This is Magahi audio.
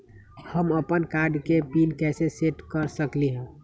हम अपन कार्ड के पिन कैसे सेट कर सकली ह?